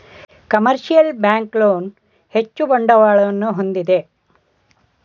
commercial bank loan ಹೆಚ್ಚು ಬಂಡವಾಳವನ್ನು ಹೊಂದಿದೆ